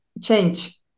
change